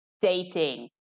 dating